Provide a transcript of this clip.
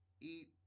eat